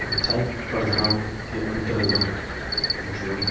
पंचायत प्रधान के अंतर्गत जो